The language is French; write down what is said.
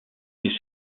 est